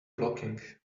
blocking